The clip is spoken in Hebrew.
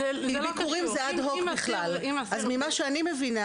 ביקורים זה אד-הוק בכלל, אז ממה שאני מבינה